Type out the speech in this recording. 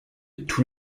tous